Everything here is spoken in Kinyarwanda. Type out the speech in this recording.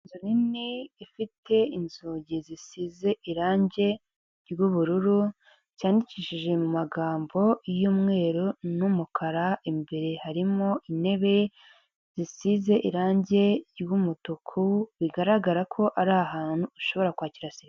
Inzu nini ifite inzugi zisize irange ry'ubururu ryandikishije mu magambo y'umweru n'umukara, imbere harimo intebe zisize irange ry'umutuku bigaragara ko ari ahantu ushobora kwakira serivise.